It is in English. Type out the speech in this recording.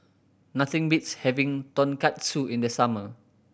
nothing beats having Tonkatsu in the summer